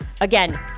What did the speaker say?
Again